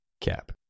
Cap